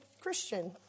Christian